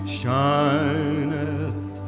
shineth